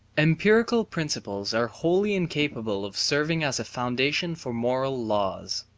empirical principles are wholly incapable of serving as a foundation for moral laws.